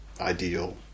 ideal